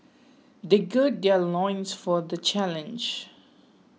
they gird their loins for the challenge